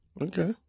Okay